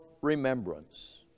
remembrance